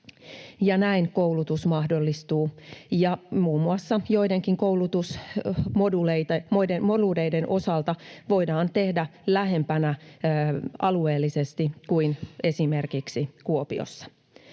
näin koulutus mahdollistuu ja muun muassa joidenkin koulutusmoduuleiden osalta voidaan tehdä lähempänä alueellisesti kuin esimerkiksi Kuopiossa.